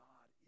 God